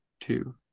two